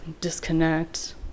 disconnect